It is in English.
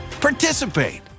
participate